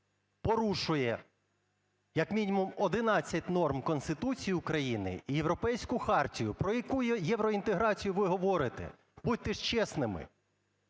порушує як мінімум 11 норм Конституції України і Європейську хартію. Про яку євроінтеграцію ви говорите? Будьте ж чесними.